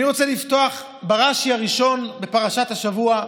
אני רוצה לפתוח ברש"י הראשון בפרשת השבוע.